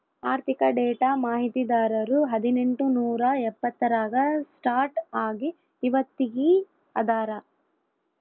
ಆರ್ಥಿಕ ಡೇಟಾ ಮಾಹಿತಿದಾರರು ಹದಿನೆಂಟು ನೂರಾ ಎಪ್ಪತ್ತರಾಗ ಸ್ಟಾರ್ಟ್ ಆಗಿ ಇವತ್ತಗೀ ಅದಾರ